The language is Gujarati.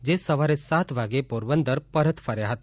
જે સવારે સાત વાગે પોરબંદર પરત ફર્યા હતા